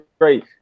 great